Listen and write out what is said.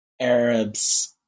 Arabs